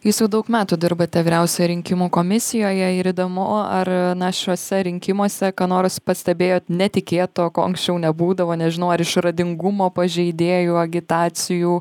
jus jau daug metų dirbate vyriausioje rinkimų komisijoje ir įdomu ar šiuose rinkimuose ką nors pastebėjot netikėto ko anksčiau nebūdavo nežinau ar išradingumo pažeidėjų agitacijų